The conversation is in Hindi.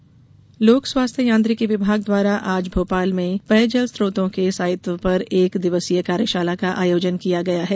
कार्यशाला लोक स्वास्थ्य यांत्रिकी विभाग द्वारा आज भोपाल में पेयजल स्त्रोतों के स्थायित्व पर एक दिवसीय कार्यशाला का आयोजन किया गया है